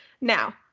Now